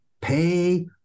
Pay